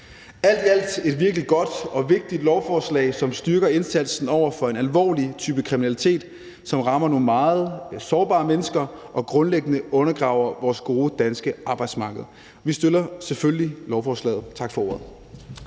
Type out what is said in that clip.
alt er det et virkelig godt og vigtigt lovforslag, som styrker indsatsen over for en alvorlig type kriminalitet, som rammer nogle meget sårbare mennesker, og som grundlæggende undergraver vores gode danske arbejdsmarked. Vi støtter selvfølgelig lovforslaget. Tak for ordet.